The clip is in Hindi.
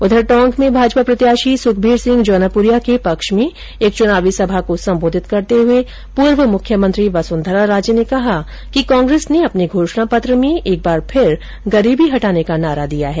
उधर टोंक में भाजपा प्रत्याशी सुखबीर सिंह जौनापुरिया के पक्ष में एक चुनावी सभा को सम्बोधित करते हुए पूर्व मुख्यमंत्री वसुंधरा राजे ने कहा कि कांग्रेस ने अपने घोषणा पत्र में एक बार फिर गरीबी हटाने का नारा दिया है